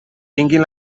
tinguin